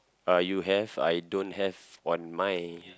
uh you have I don't have on mine